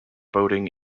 boating